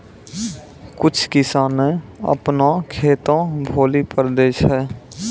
कुछ किसाने अपनो खेतो भौली पर दै छै